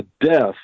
death